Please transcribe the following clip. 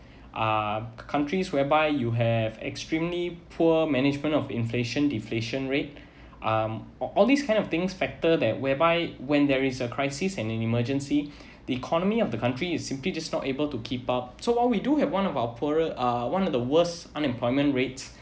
uh countries whereby you have extremely poor management of inflation deflation rate um all these kind of things factor that whereby when there is a crisis and an emergency the economy of the country is simply just not able to keep up so while we do have one of our poorer uh one of the worst unemployment rate